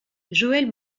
joëlle